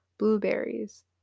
Blueberries